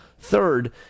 Third